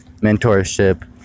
mentorship